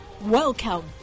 Welcome